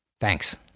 Thanks